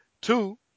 Two